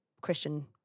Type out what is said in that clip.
Christian